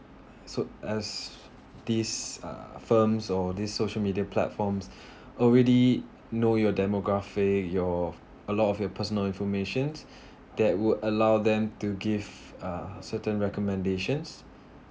so as these uh firms or these social media platforms already know your demography your a lot of your personal informations that would allow them to give uh certain recommendations